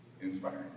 Inspiring